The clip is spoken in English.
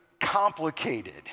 Complicated